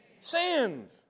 sins